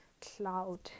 cloud